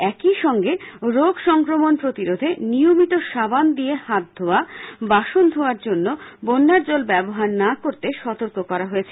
একই সঙ্গে রোগ সংক্রমণ প্রতিরোধে নিয়মিত সাবান দিয়ে হাত ধোয়া বাসন ধোয়ার জন্য বন্যার জল ব্যবহার না করতে সতর্ক করা হয়েছে